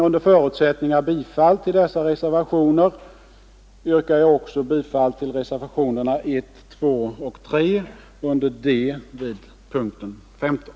Under förutsättning av bifall till dessa reservationer yrkar jag också bifall till reservationerna D 1, 2 och 3 vid punkten 15.